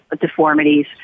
deformities